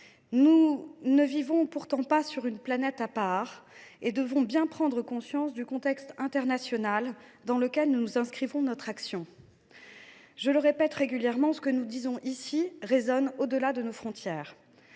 Nous ne vivons pourtant pas sur une planète à part et devons bien prendre conscience du contexte international dans lequel nous inscrivons notre action. Je le répète régulièrement : ce que nous disons ici résonne au delà de nos frontières.